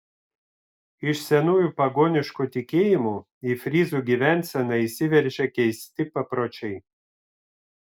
iš senųjų pagoniškų tikėjimų į fryzų gyvenseną įsiveržė keisti papročiai